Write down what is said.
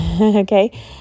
okay